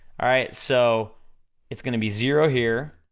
alright, so it's gonna be zero here,